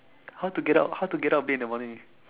how to get out how to get out of bed in the morning